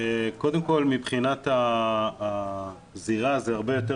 קודם כל מבחינת הזירה זה הרבה יותר